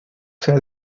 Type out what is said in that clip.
sea